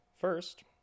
First